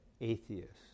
atheists